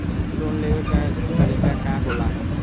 Loan लेवे क तरीकाका होला?